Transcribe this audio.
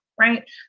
right